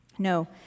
No